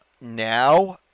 now